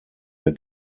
der